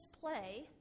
play